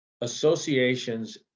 associations